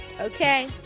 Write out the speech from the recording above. Okay